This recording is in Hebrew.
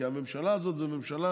כי הממשלה הזאת זאת ממשלה